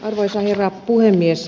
arvoisa herra puhemies